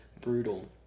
brutal